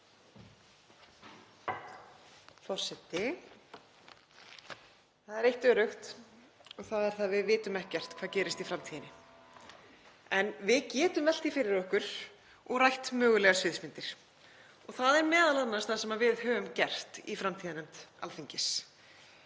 Það var eitt öruggt og það er að við vitum ekkert hvað gerist í framtíðinni. En við getum velt því fyrir okkur og rætt mögulegar sviðsmyndir og það er m.a. það sem við höfum gert í framtíðarnefnd Alþingis.